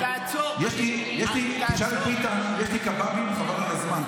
תשאל את ביטן, יש לי קבבים חבל על הזמן.